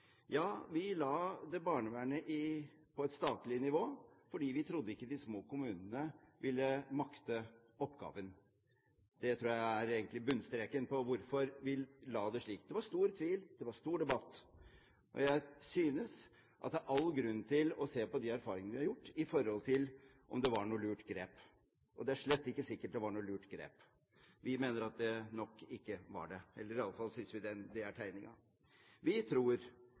Ja, vi la barnevernet på et statlig nivå fordi vi trodde de små kommunene ikke ville makte oppgaven. Det tror jeg egentlig er bunnstreken for hvorfor vi la det slik. Det var stor tvil. Det var stor debatt. Jeg synes det er all grunn til å se på de erfaringene vi har gjort, når det gjelder om det var noe lurt grep. Det er slett ikke sikkert det var noe lurt grep. Vi mener at det nok ikke var det. I alle fall synes vi det er tegningen. Vi tror